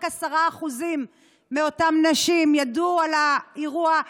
רק 10% מאותן נשים ידעו על האירוע,